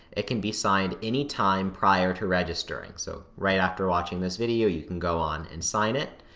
it can be signed any time prior to registering, so right after watching this video, you can go on and sign it,